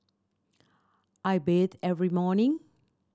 I bathe every morning